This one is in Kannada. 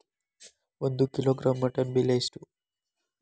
ಒಂದು ಕಿಲೋಗ್ರಾಂ ಮಟನ್ ಬೆಲೆ ಎಷ್ಟ್?